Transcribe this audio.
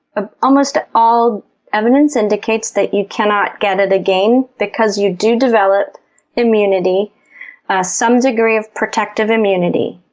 ah almost all evidence indicates that you cannot get it again because you do develop immunity some degree of protective immunity.